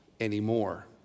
anymore